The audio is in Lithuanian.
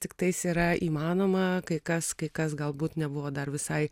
tiktais yra įmanoma kai kas kai kas galbūt nebuvo dar visai